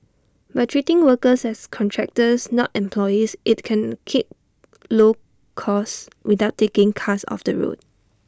by treating workers as contractors not employees IT can keep low costs without taking cars off the road